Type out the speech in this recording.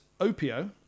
Opio